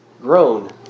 grown